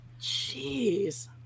Jeez